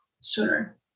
sooner